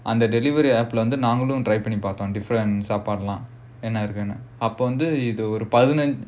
அந்த:andha delivery app lah வந்து நாங்களும்:vandhu naangalum different சாப்பாடுலாம் என்ன இருக்குனு:saapaadulaam enna irukkunu